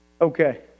Okay